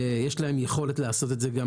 יש להם יכולת לעשות את זה גם